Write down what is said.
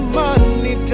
money